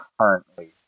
currently